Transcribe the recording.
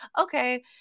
okay